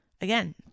Again